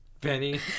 Benny